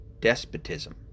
despotism